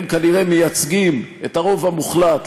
והם כנראה מייצגים את הרוב המוחלט,